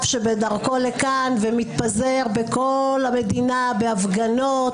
שבדרכו לכאן ומתפזר בכל המדינה בהפגנות,